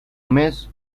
mes